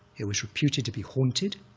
it was reputed to be haunted,